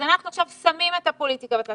אז אנחנו עכשיו שמים את הפוליטיקה בצד,